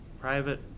private